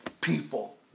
people